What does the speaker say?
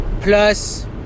plus